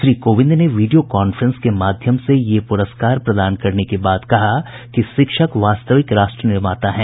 श्री कोविंद ने video conference के माध्यम से ये प्रस्कार प्रदान करने के बाद कहा कि शिक्षक वास्तविक राष्ट्र निर्माता हैं